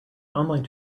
online